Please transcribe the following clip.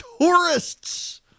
tourists